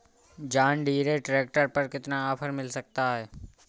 John Deere tractor पर कितना offer मिल सकता है?